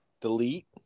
Delete